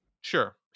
Sure